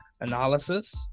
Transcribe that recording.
analysis